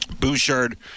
Bouchard